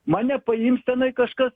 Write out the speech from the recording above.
mane paims tenai kažkas